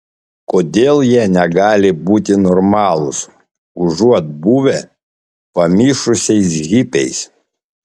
kodėl jie negali būti normalūs užuot buvę pamišusiais hipiais